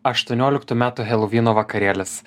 aštuonioliktų metų helovyno vakarėlis